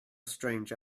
strange